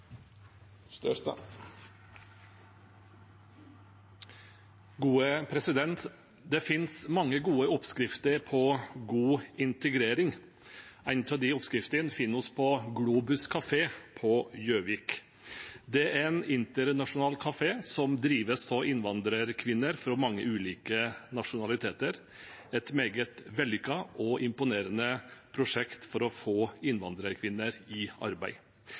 mange gode oppskrifter på god integrering. En av de oppskriftene finner vi på Globus kafé på Gjøvik. Det er en internasjonal kafé som drives av innvandrerkvinner fra mange ulike nasjonaliteter, et meget vellykket og imponerende prosjekt for å få innvandrerkvinner i arbeid.